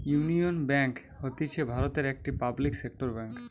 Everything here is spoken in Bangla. ইউনিয়ন বেঙ্ক হতিছে ভারতের একটি পাবলিক সেক্টর বেঙ্ক